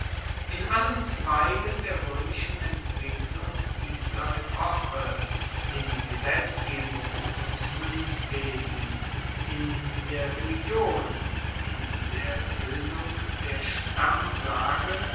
in allen zweigen der roemischen entwicklung dieser epoche in gesetzgebung und muenzwesen in der religion in der bildung der